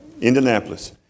Indianapolis